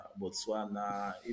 Botswana